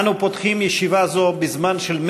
אנו פותחים ישיבה זו בזמן של